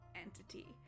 entity